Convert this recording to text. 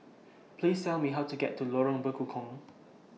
Please Tell Me How to get to Lorong Bekukong